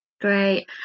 great